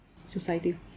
Society